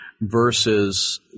versus